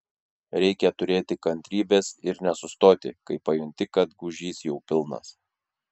reikia turėti kantrybės ir nesustoti kai pajunti kad gūžys jau pilnas